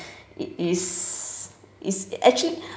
it is is actually not